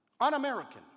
un-American